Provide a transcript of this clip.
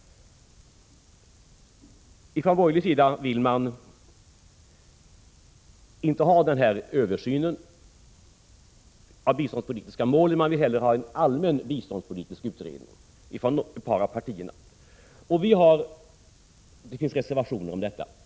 Ifrån borgerligt håll vill man inte ha denna översyn av de biståndspolitiska målen. Man vill hellre ha en allmän biståndspolitisk utredning, som ett par av partierna säger. Det finns reservationer om detta.